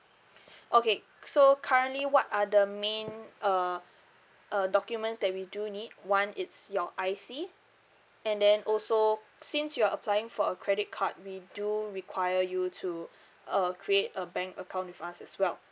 okay so currently what are the main uh uh documents that we do need one it's your I_C and then also since you're applying for a credit card we do require you to uh create a bank account with us as well